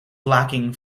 lacking